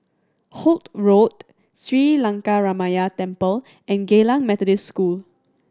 Holt Road Sri Lankaramaya Temple and Geylang Methodist School